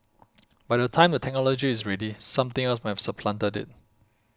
by the time the technology is ready something else might have supplanted it